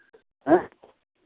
हाँ